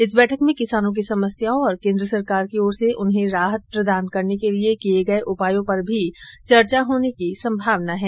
इस बैठक में किसानों की समस्याओं और केन्द्र सरकार की ओर से उन्हें राहत प्रदान करने के लिए किए गए उपायों पर भी चर्चा होने की संभावना है